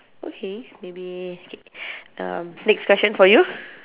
okay maybe K uh next question for you